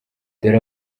dore